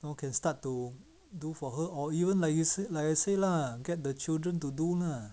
know can start to do for her or even like you say like I say lah get the children to do lah